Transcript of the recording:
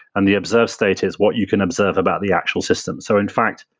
and the observed state is what you can observe about the actual system so in fact,